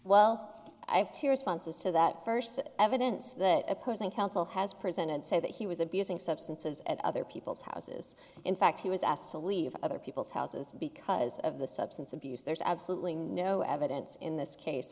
responses to that first evidence that opposing counsel has presented say that he was abusing substances at other people's houses in fact he was asked to leave other people's houses because of the substance abuse there's absolutely no evidence in this case